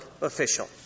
official